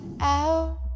out